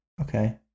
okay